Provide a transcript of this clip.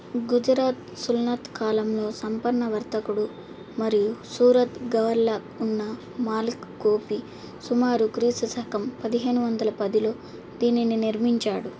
గుజరాత్ సుల్నత్ కాలంలో సంపన్న వర్తకుడు మరియు సూరత్ గవర్లా ఉన్న మాలిక్ గోపి సుమారు క్రీస్తు శకం పదిహేను వందల పదిలో దీనిని నిర్మించాడు